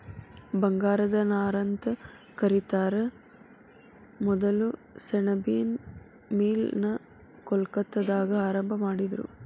ಬಂಗಾರದ ನಾರಂತ ಕರಿತಾರ ಮೊದಲ ಸೆಣಬಿನ್ ಮಿಲ್ ನ ಕೊಲ್ಕತ್ತಾದಾಗ ಆರಂಭಾ ಮಾಡಿದರು